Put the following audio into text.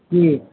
কি